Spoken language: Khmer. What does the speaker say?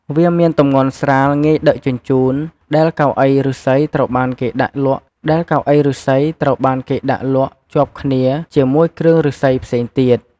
វាមានទំងន់ស្រាលងាយដឹកជញ្ជូន ដែលកៅអីឫស្សីត្រូវបានគេដាក់លក់ជាប់គ្នាជាមួយគ្រឿងឫស្សីផ្សេងទៀត។